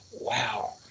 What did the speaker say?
wow